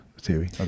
theory